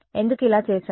ఎందుకు ఇలా చేసాము